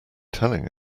telling